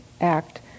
act